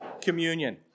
communion